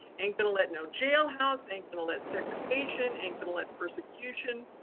ain't gonna let no jailhouse, ain't gonna let segregation, ain't gonna let persecution,